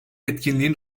etkinliğin